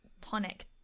tonic